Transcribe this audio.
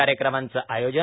कार्यक्रमांचं आयोजन